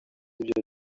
ibyo